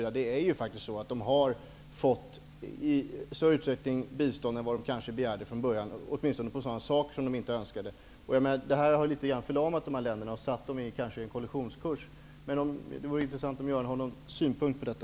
Man har där faktiskt fått mera bistånd än man från början begärt. Åtminstone har man fått en del saker som man inte hade önskat. Detta har litet grand förlamat länder i Afrika och fört in dem på en kollisionskurs. Det vore intressant att höra om Göran Lennmarker har någon synpunkt på detta.